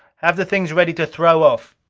have the things ready to throw off.